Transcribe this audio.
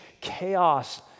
chaos